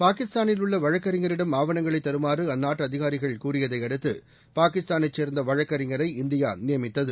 பாகிஸ்தானில் உள்ள வழக்கறிஞரிடம் ஆவணங்களைத் தருமாறு அந்நாட்டு அதிகாரிகள் கூறியதையடுத்து பாகிஸ்தானை சேர்ந்த வழக்கறிஞரை இந்தியா நியமித்தது